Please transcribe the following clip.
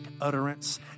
utterance